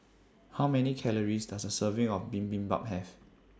How Many Calories Does A Serving of Bibimbap Have